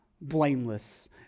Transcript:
blameless